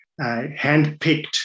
handpicked